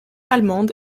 allemande